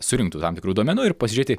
surinktų tam tikrų duomenų ir pasižiūrėti